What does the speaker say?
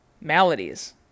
maladies